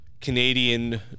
Canadian